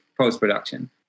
post-production